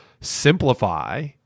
simplify